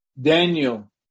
Daniel